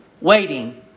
waiting